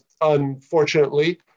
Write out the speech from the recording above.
unfortunately